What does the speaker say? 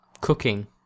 Cooking